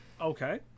Okay